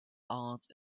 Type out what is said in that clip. art